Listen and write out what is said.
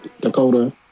Dakota